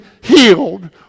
healed